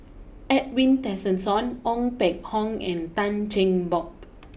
Edwin Tessensohn Ong Peng Hock and Tan Cheng Bock